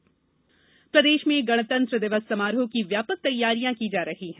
ध्वजारोहण प्रदेश में गणतंत्र दिवस समारोह की व्यापक तैयारियां की जा रही है